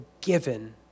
given